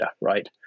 right